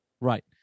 Right